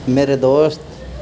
میرے دوست